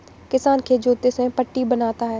किसान खेत जोतते समय पट्टी बनाता है